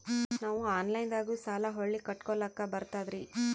ನಾವು ಆನಲೈನದಾಗು ಸಾಲ ಹೊಳ್ಳಿ ಕಟ್ಕೋಲಕ್ಕ ಬರ್ತದ್ರಿ?